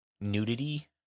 nudity